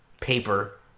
paper